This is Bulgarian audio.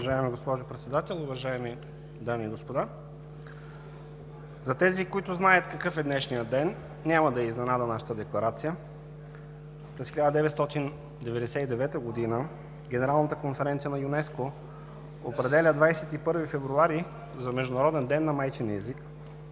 Уважаема госпожо Председател, уважаеми дами и господа! За тези, които знаят какъв е днешният ден, няма да е изненада нашата декларация. През 1999 г. Генералната конференция на ЮНЕСКО определя 21 февруари за Международен ден на майчиния език.